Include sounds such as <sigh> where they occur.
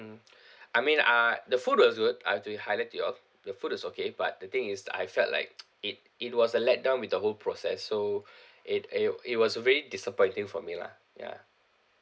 mm <breath> I mean uh the food was good I have to highlight to you all the food is okay but the thing is that I felt like <noise> it it was a let down with the whole process so <breath> it wa~ it was very disappointing for me lah ya